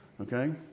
Okay